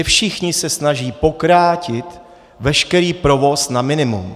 Všichni se snaží pokrátit veškerý provoz na minimum.